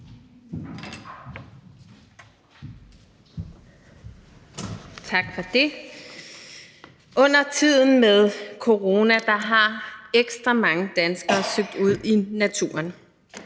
Tak for det. Under tiden med corona er ekstra mange danskere søgt ud i naturen.